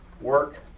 work